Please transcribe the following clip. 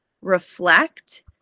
reflect